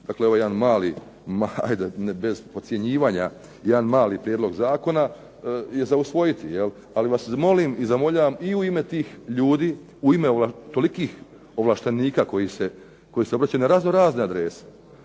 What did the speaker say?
dakle ovaj jedan mali, ajde bez podcjenjivanja, jedan mali prijedlog zakona je za usvojiti, ali vas molim i zamoljavam i u ime tih ljudi, u ime tolikih ovlaštenika koji se obraćaju na raznorazne adrese,